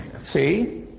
see